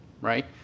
right